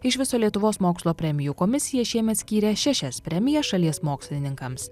iš viso lietuvos mokslo premijų komisija šiemet skyrė šešias premijas šalies mokslininkams